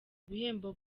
ibihembo